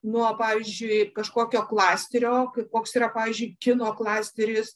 nuo pavyzdžiui kažkokio klasterio koks yra pavyzdžiui kino klasteris